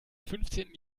fünfzehnten